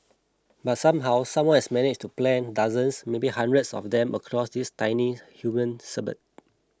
but somehow someone had managed to plant dozens maybe hundreds of them across this tiny human suburb